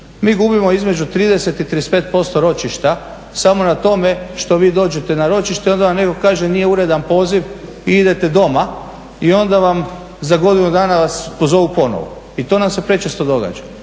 Mi gubimo između 30 i 35% ročišta samo na tome što vi dođete na ročište i onda vam netko kaže nije uredan poziv i idete doma i onda za godinu dana vas pozovu ponovno. I to nam se prečesto događa.